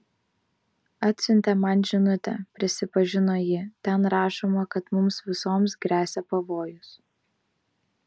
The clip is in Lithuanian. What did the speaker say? atsiuntė man žinutę prisipažino ji ten rašoma kad mums visoms gresia pavojus